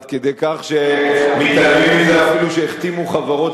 עד כדי כך שאפילו מתעלמים מזה שהחתימו חברות